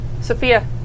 Sophia